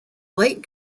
light